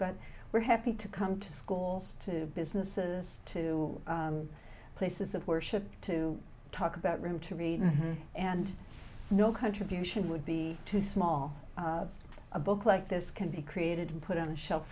but we're happy to come to schools to businesses to places of worship to talk about room to read and no contribution would be too small of a book like this can be created and put on a shelf